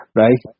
right